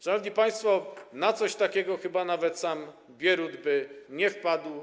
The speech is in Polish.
Szanowni państwo, na coś takiego chyba nawet sam Bierut by nie wpadł.